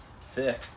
thick